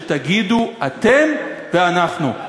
שתגידו: אתם ואנחנו.